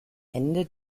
ende